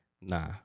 Nah